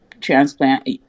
transplant